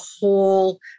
whole